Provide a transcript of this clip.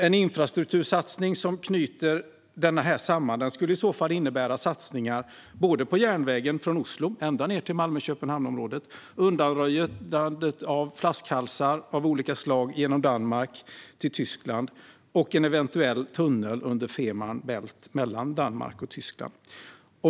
En infrastruktursatsning som knyter denna samman skulle i så fall innebära satsningar på järnvägen från Oslo ända ned till Malmö-Köpenhamn-området, undanröjande av flaskhalsar av olika slag genom Danmark och Tyskland och en eventuell tunnel under Fehmarn Bält mellan Danmark och Tyskland.